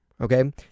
Okay